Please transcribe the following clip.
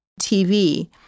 TV